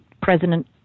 President